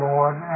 Lord